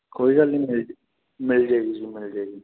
ਕੋਈ ਗੱਲ ਨੀ ਮਿਲਜੇ ਮਿਲਜੇਗੀ ਜੀ ਮਿਲਜੇਗੀ